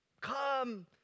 come